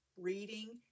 reading